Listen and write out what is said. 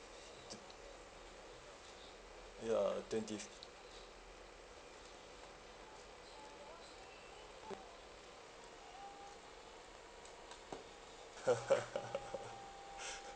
ya twenty f~